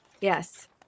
Yes